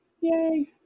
Yay